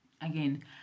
again